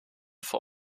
vor